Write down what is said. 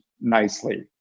nicely